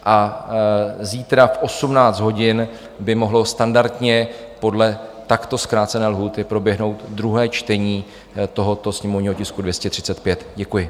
A zítra v 18 hodin by mohlo standardně podle takto zkrácené lhůty proběhnout druhé čtení tohoto sněmovního tisku 235. Děkuji.